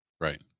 Right